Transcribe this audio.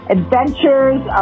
adventures